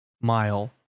Mile